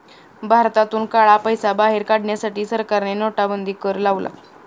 भारतातून काळा पैसा बाहेर काढण्यासाठी सरकारने नोटाबंदी कर लावला